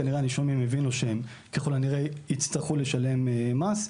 כנראה הנישומים הבינו שהם יצטרכו לשלם מס,